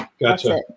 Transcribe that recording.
Gotcha